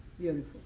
Beautiful